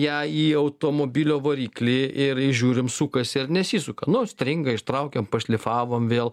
ją į automobilio variklį ir žiūrim sukasi ar nesisuka nu stringa ištraukiam pašlifavom vėl